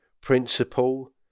principle